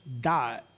died